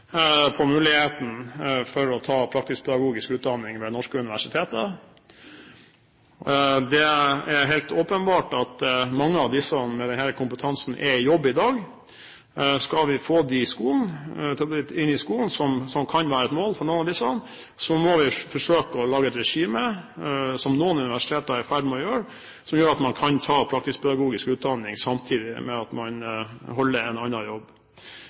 på muligheten for å ta praktisk-pedagogisk utdanning ved norske universiteter. Det er helt åpenbart at mange av dem som har denne kompetansen, er i jobb i dag. Skal vi få dem inn i skolen, noe som kan være et mål for noen av disse, må vi forsøke å lage et regime – som noen universiteter er i ferd med å gjøre – som gjør at man kan ta praktisk-pedagogisk utdanning samtidig med at man holder en annen jobb.